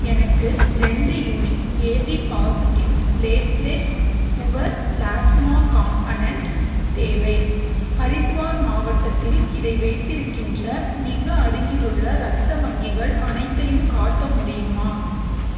எனக்கு ரெண்டு unit AB positive platelet poor plasma component தேவை ஹரித்வார் மாவட்டத்தில் இதை வைத்திருக்கின்ற மிக அருகிலுள்ள இரத்த வங்கிகள் அனைத்தையும் காட்ட முடியுமா